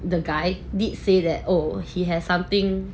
the guy did say that oh he has something